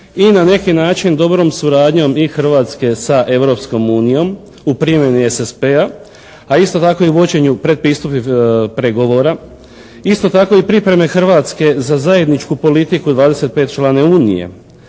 i na neki način dobrom suradnjom i Hrvatske sa Europskom unijom u primjeni SSP-a, a isto tako i vođenju predpristupnih pregovora, isto tako i pripreme Hrvatske za zajedničku politiku 25 člane Unije.